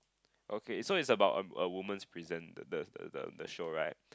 okay so it's about a a women's prison the the the the show right